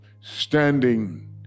Standing